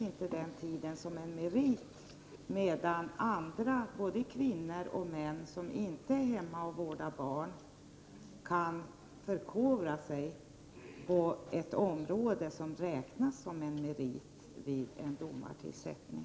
inte räknas som en merit, medan kvinnor och män som inte är hemma och vårdar barn kan förkovra sig på ett område som räknas som en merit vid en domartillsättning.